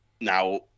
Now